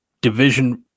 division